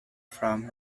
from